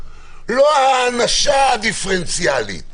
לא האנשה דיפרנציאלית.